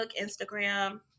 Instagram